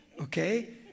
Okay